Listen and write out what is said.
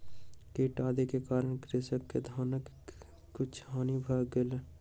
कीट आदि के कारण कृषक के धानक किछ हानि भ गेल